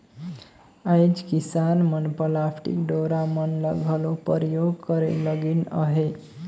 आएज किसान मन पलास्टिक डोरा मन ल घलो परियोग करे लगिन अहे